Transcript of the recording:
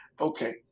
Okay